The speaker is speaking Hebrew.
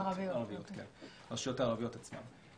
הרשויות הערביות עצמן.